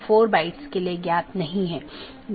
तो यह एक सीधे जुड़े हुए नेटवर्क का परिदृश्य हैं